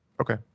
Okay